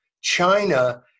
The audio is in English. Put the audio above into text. China